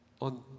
on